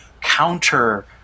counter